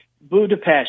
Budapest